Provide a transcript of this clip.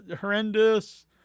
horrendous